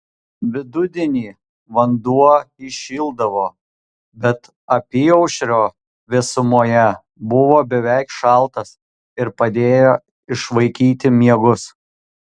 vidudienį vanduo įšildavo bet apyaušrio vėsumoje buvo beveik šaltas ir padėjo išvaikyti miegus